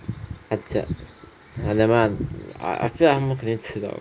nevermind I feel like 他们肯定迟到的